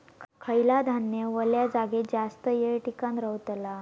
खयला धान्य वल्या जागेत जास्त येळ टिकान रवतला?